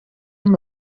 amb